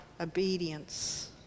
obedience